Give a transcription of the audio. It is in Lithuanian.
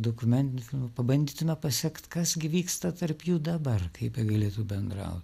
dokumentiniu filmu pabandytume pasekt kas gi vyksta tarp jų dabar kaip jie galėtų bendraut